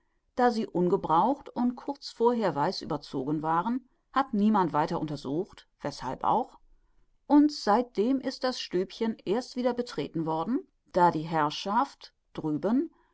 da sie ungebraucht und kurz vorher weiß überzogen waren hat niemand weiter untersucht weßhalb auch und seitdem ist das stübchen erst wieder betreten worden da die herrschaft drüben